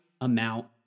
amount